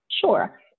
Sure